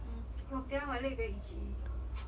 嗯 !wahpiang! my leg very itchy